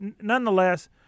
nonetheless